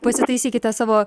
pasitaisykite savo